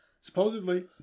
supposedly